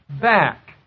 back